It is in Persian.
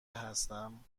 هستم